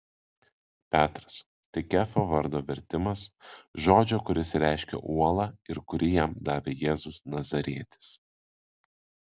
petras tai kefo vardo vertimas žodžio kuris reiškia uolą ir kurį jam davė jėzus nazarietis